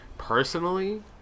Personally